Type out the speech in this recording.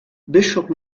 bishop